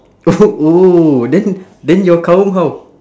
oh then then your kaum how